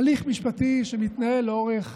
זה הליך משפטי שמתנהל לאורך